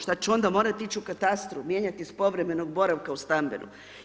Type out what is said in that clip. Šta ću onda morati ići u katastru mijenjati iz povremenog boravka u stambenu.